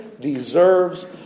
deserves